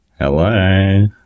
Hello